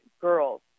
girls